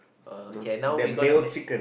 okay now we gonna make